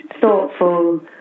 thoughtful